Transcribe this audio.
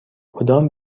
کدام